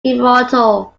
immortal